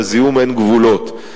לזיהום אין גבולות,